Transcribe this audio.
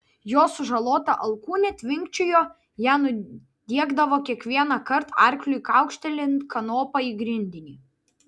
jo sužalota alkūnė tvinkčiojo ją nudiegdavo kiekvienąkart arkliui kaukštelint kanopa į grindinį